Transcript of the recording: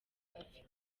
afite